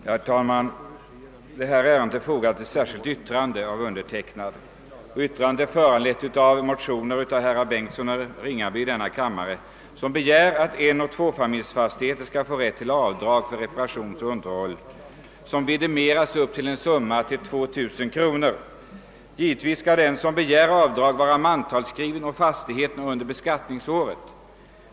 Herr talman! Till detta betänkande har jag och ett par andra ledamöter av utskottet fogat ett särskilt yttrande. Det har föranletts av en motion i denna kammare av herrar Bengtson i Solna och Ringaby, vari det begärs att ägare av enoch tvåfamiljsfastigheter skall medges avdrag för reparationsoch underhållskostnader på upp till 2 000 kronor. Givetvis skall den som yrkar sådant avdrag ha varit mantalsskriven på fastigheten under beskattningsåret.